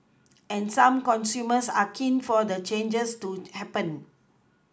and some consumers are keen for the changes to happen